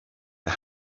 the